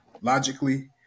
logically